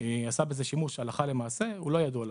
עשה בזה שימוש הלכה למעשה, הוא לא ידוע לנו.